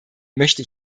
möchte